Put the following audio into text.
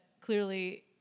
clearly